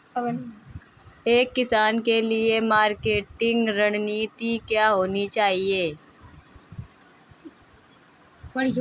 एक किसान के लिए मार्केटिंग रणनीति क्या होनी चाहिए?